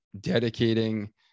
dedicating